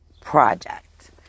project